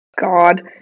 god